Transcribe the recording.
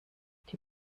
die